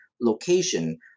location